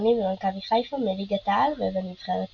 והקיצוני במכבי חיפה מליגת העל ובנבחרת ישראל.